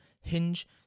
hinge